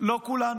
לא כולנו,